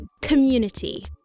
Community